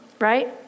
right